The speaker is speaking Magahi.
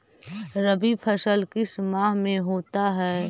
रवि फसल किस माह में होता है?